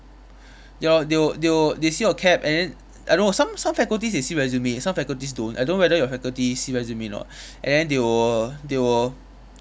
ya they will they will they see your CAP and then I don't know some some faculties they see resume some faculties don't I don't know whether your faculty see resume or not and then they will they will